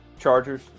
Chargers